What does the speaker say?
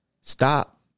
stop